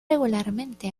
regularmente